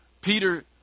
Peter